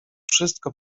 wszystko